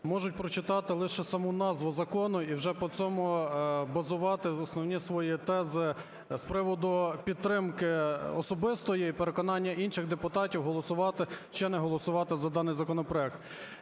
можуть прочитати лише саму назву закону і вже по цьому базувати основні свої тези з приводу підтримки особистої і переконання інших депутатів, голосувати чи не голосувати за даний законопроект.